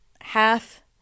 half